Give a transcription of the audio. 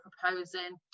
proposing